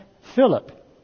Philip